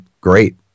great